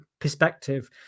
perspective